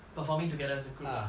performing together a group lah